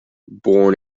born